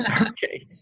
Okay